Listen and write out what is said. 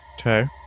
Okay